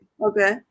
Okay